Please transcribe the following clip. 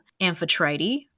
Amphitrite